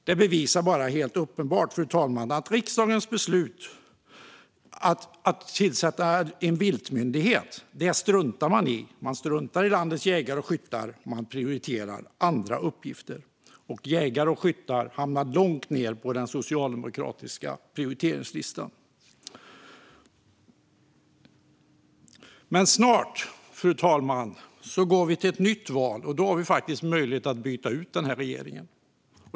Detta bevisar bara att man helt uppenbart struntar i riksdagens beslut att en viltmyndighet ska tillsättas, fru talman. Man struntar i landets jägare och skyttar och prioriterar andra uppgifter. Jägare och skyttar hamnar långt ned på den socialdemokratiska prioriteringslistan. Snart går vi dock till val på nytt, fru talman, och då har vi faktiskt möjlighet att byta ut den här regeringen.